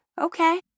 okay